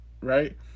Right